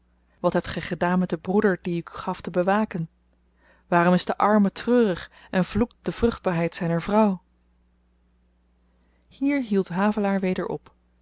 wat hebt gy gedaan met den broeder dien ik u gaf te bewaken waarom is de arme treurig en vloekt de vruchtbaarheid zyner vrouw hier hield havelaar weder op